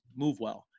MoveWell